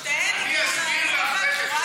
שתיהן, אני אסביר לך תכף.